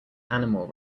animal